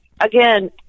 again